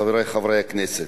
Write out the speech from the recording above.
חברי חברי הכנסת,